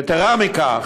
יתרה מזו,